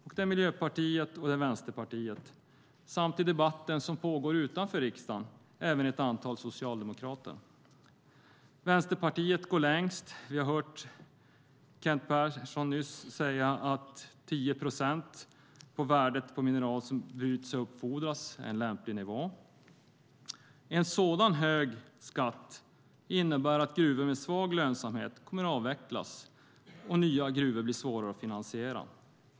Det är Miljöpartiet och Vänsterpartiet, samt i debatten som pågår utanför riksdagshuset även ett antal socialdemokrater. Vänsterpartiet går längst. Vi har nyss hört Kent Persson säga att 10 procent av värdet på mineral som bryts och uppfordras är en lämplig nivå. En sådan hög skatt innebär att gruvor med svag lönsamhet kommer att avvecklas och nya gruvor blir svårare att finansiera.